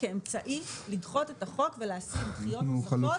כאמצעי לדחות את החוק ולהשיג דחיות נוספות.